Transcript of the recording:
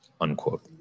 Unquote